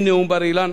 מנאום בר-אילן,